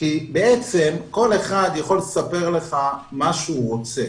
כי כל אחד יכול לספר לך מה שהוא רוצה.